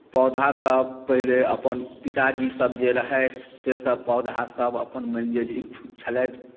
पौधासभ पहिने अपन पिताजीसभ जे रहथि सेसभ पौधासभ अपन मानि लिअ जे इच्छुक छलथि